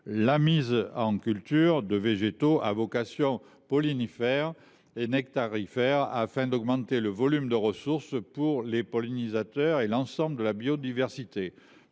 la mise en culture de végétaux à vocation pollinifère et nectarifère, en vue d’augmenter le volume de ressources pour les pollinisateurs et l’ensemble de la biodiversité.